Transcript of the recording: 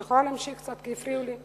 אני יכולה להמשיך קצת כי הפריעו לי?